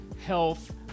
health